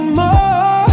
more